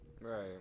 right